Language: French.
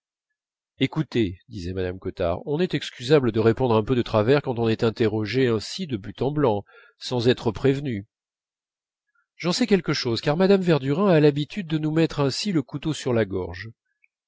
écoutez disait mme cottard on est excusable de répondre un peu de travers quand on est interrogée ainsi de but en blanc sans être prévenue j'en sais quelque chose car mme verdurin a l'habitude de nous mettre ainsi le couteau sur la gorge